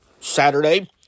Saturday